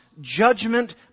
judgment